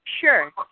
sure